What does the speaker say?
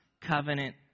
covenant